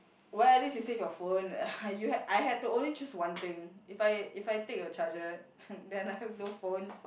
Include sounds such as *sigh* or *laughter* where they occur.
well at least you save your phone *breath* you had I had to only choose one thing if I if I take your charger *noise* then I've no phones